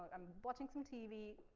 i'm watching some tv,